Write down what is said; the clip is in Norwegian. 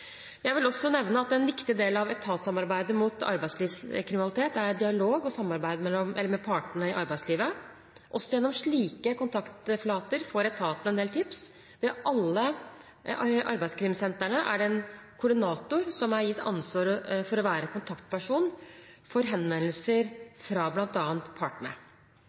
Jeg vil også nevne at en viktig del av etatssamarbeidet mot arbeidslivskriminalitet er dialog og samarbeid med partene i arbeidslivet. Også gjennom slike kontaktflater får etatene en del tips. Ved alle arbeidskrimsentrene er det en koordinator som er gitt ansvar for å være kontaktperson for henvendelser fra bl.a. partene.